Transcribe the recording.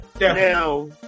now